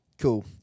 Cool